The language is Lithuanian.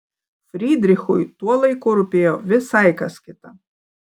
frydrichui tuo laiku rūpėjo visai kas kita